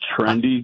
trendy